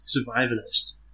survivalist